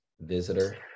visitor